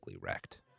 wrecked